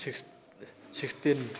sixteen